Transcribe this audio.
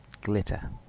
glitter